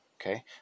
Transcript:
Okay